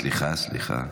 סליחה, סליחה.